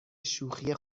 شوخی